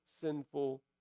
sinful